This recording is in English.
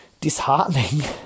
disheartening